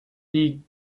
die